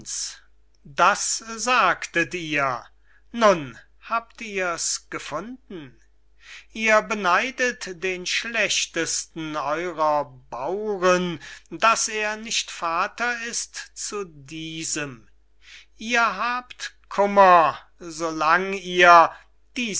das sagtet ihr nun habt ihr's gefunden ihr beneidet den schlechtesten eurer bauren daß er nicht vater ist zu diesem ihr habt kummer so lang ihr